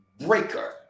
breaker